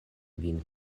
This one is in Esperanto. vin